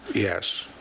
yes.